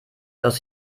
aus